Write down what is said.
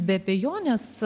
be abejonės